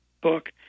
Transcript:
book